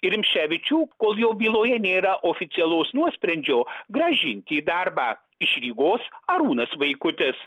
ir rimšėvičių kol jo byloje nėra oficialaus nuosprendžio grąžinti į darbą iš rygos arūnas vaikutis